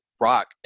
rock